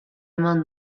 eman